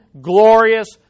glorious